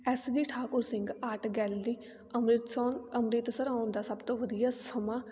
S G Thakur Singh art gallery ਅੰਮ੍ਰਿਤਸੋ ਅੰਮ੍ਰਿਤਸਰ ਆਉਣ ਦਾ ਸਭ ਤੋਂ ਵਧੀਆ ਸਮਾਂ